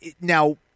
Now